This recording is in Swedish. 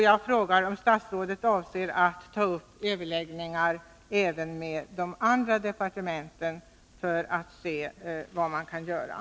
Jag frågar: Avser statsrådet att ta upp överläggningar även med andra departement för att få fram uppgifter om vad som kan göras?